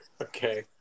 Okay